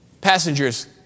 passengers